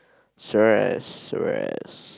serious serious